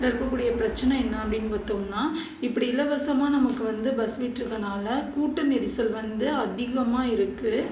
இதில் இருக்கக்கூடிய பிரச்சனை என்ன அப்படின்னு பார்த்தோம்னா இப்படி இலவசமாக நமக்கு வந்து பஸ் விட்டிருக்கதுனால கூட்ட நெரிசல் வந்து அதிகமாக இருக்குது